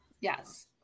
yes